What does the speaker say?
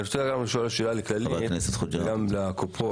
אני רוצה לשאול שאלה את כללית וגם את הקופות.